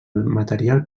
material